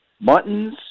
muttons